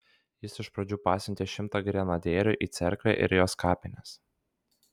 jis iš pradžių pasiuntė šimtą grenadierių į cerkvę ir jos kapines